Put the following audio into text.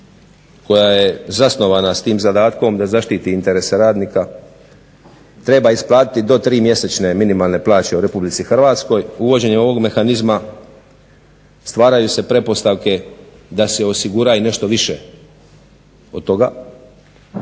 koja je zasnovana s tim zadatkom da zaštiti interese radnika treba isplatiti do tri mjesečne minimalne plaće u Republici Hrvatskoj. Uvođenjem ovog mehanizma stvaraju se pretpostavke da se osigura i nešto više od toga,